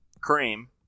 Cream